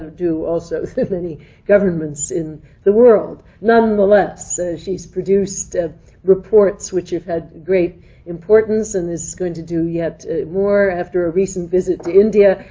do also many governments in the world. nonetheless, she's produced reports which have had great importance, and is going to do yet more after a recent visit to india.